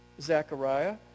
Zechariah